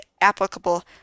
applicable